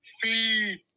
Feed